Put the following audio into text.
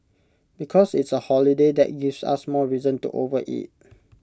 because it's A holiday that gives us more reason to overeat